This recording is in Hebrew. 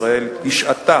ישראל השעתה